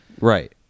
Right